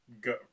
go